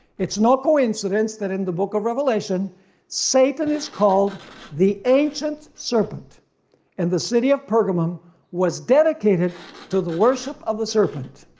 it's no coincidence that in the book of revelation satan is called the ancient serpent and the city of pergamum was dedicated to the worship of the serpent.